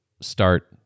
start